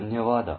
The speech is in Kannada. ಧನ್ಯವಾದ